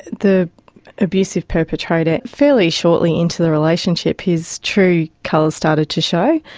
the abusive perpetrator, fairly shortly into the relationship his true colours started to show.